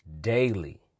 daily